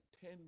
ten